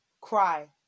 cry